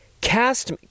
cast